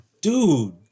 Dude